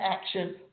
action